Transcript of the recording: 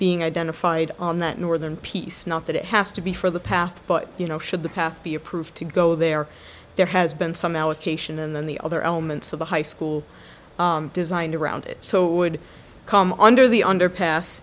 being identified on that northern piece not that it has to be for the path but you know should the path be approved to go there there has been some allocation and then the other elements of the high school designed around it so would come under the underpass